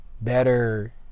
better